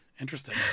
Interesting